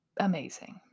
amazing